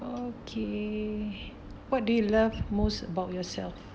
okay what do you love most about yourself